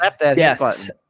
Yes